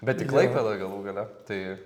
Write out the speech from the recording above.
bet į klaipėdą galų gale tai